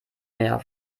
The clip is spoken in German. mehr